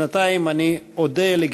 כי הונחו היום על שולחן הכנסת,